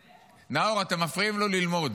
נאור, אתם מפריעים לו ללמוד,